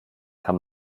kann